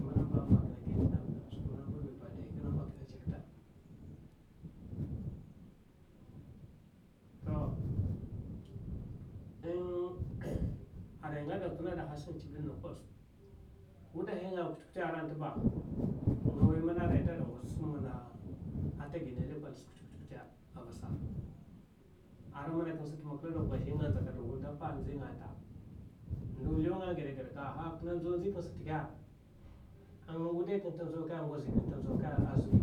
Skwi mba mba man kine gi mizline avuna skwi mana amba èi azina kine jakida,, to arai kine gaɓa sa hasanga chiviɓ nda kosuk, wudahi nga aranta ba nga way man ata gaɓagau lekone sa kwute kwute at hurda ha. ara mana kine sata mana kine gaɓa sada gau lekone biarai nga ndza hundap apa agaɓa gi, aha kine ndzau ndzi kine sata ke? Aza saɓi,